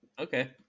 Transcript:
Okay